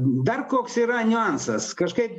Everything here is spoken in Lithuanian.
dar koks yra niuansas kažkaip